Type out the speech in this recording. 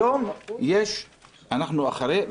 היום אנחנו אחרי.